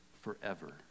forever